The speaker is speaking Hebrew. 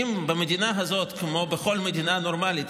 ואם במדינה הזאת כמו בכל מדינה נורמלית